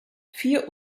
vier